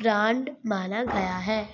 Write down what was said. Brand माना गया है?